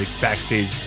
backstage